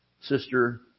Sister